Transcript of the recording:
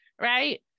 right